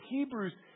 Hebrews